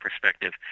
perspective